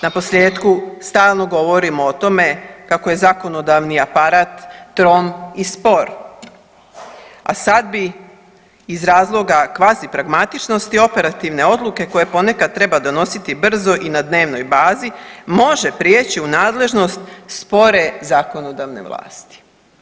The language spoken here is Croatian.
Naposljetku stalno govorimo o tome kako je zakonodavni aparat trom i spor, a sad bi iz razloga kvazipragmatičnosti operativne odluke koje ponekad treba donositi brzo i na dnevnoj bazi može prijeći u nadležnost spore zakonodavne vlasti.